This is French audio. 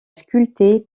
sculpté